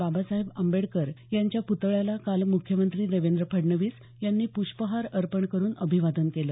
बाबासाहेब आंबेडकर यांच्या प्तळ्याला काल म्ख्यमंत्री देवेंद्र फडणवीस यांनी पृष्पहार अर्पण करुन अभिवादन केलं